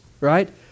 right